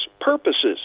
purposes